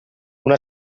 una